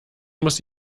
muss